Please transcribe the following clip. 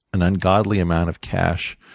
an ungodly amount of cash,